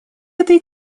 этой